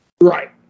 Right